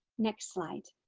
next slide.